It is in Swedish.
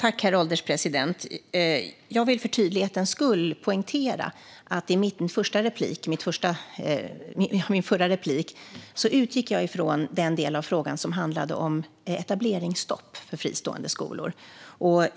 Herr ålderspresident! Jag vill för tydlighetens skull poängtera att jag i mitt förra inlägg utgick från den del av frågan som handlade om etableringsstopp för fristående skolor.